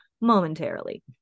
momentarily